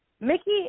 Mickey